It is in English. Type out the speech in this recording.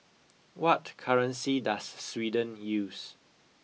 what currency does Sweden use